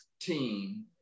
team